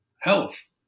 health